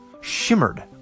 shimmered